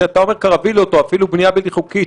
כשאתה אומר קרווילות או אפילו בנייה בלתי חוקית,